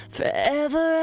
Forever